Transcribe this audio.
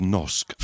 Nosk